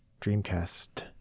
Dreamcast